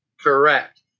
Correct